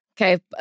Okay